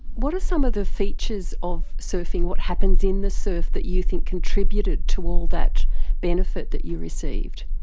what are some of the features of surfing, what happens in the surf that you think contributed to all that benefit that you received?